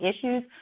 issues